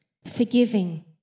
forgiving